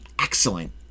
excellent